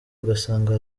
ugasanga